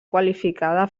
qualificada